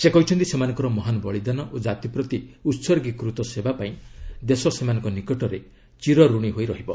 ସେ କହିଛନ୍ତି ସେମାନଙ୍କର ମହାନ ବଳିଦାନ ଓ ଜାତି ପ୍ରତି ଉତ୍ଗୀକୃତ ସେବା ପାଇଁ ଦେଶ ସେମାନଙ୍କ ନିକଟରେ ଚିରଋଣୀ ହୋଇ ରହିବ